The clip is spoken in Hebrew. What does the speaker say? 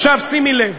עכשיו, שימי לב: